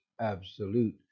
absolute